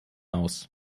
aus